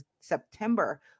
September